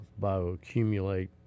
bioaccumulate